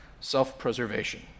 self-preservation